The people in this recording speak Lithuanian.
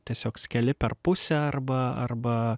tiesiog skeli per pusę arba arba